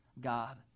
God